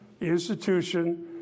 institution